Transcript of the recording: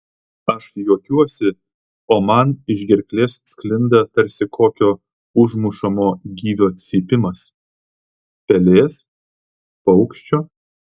aš juokiuosi o man iš gerklės sklinda tarsi kokio užmušamo gyvio cypimas pelės paukščio